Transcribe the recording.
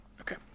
Okay